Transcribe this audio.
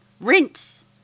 Rinse